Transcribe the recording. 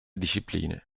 discipline